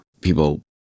people